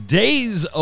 days